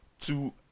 two